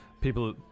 People